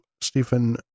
Stephen